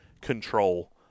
control